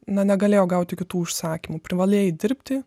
ne negalėjo gauti kitų užsakymų privalėjai dirbti